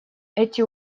эти